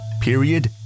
Period